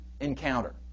encounter